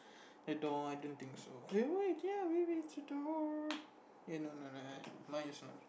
the door I don't think so eh why ya maybe it's the door eh no no no no mine is not